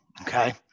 okay